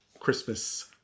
Christmas